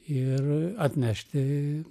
ir atnešti